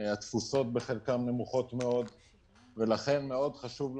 אם יש צורך להיעזר בחברות פרטיות כדי לעשות